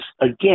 again